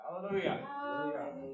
Hallelujah